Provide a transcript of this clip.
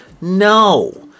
no